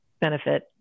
benefit